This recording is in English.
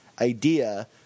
idea